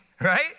right